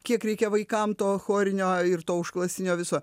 kiek reikia vaikam to chorinio ir to užklasinio viso